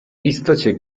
istocie